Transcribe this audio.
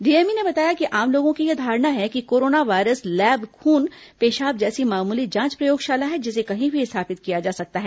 DME ने बताया कि आम लोगों की यह धारणा है कि कोरोना वायरस लैब खून पेशाब जैसी मामूली जांच प्रयोगशाला है जिसे कही भी स्थापित किया जा सकता है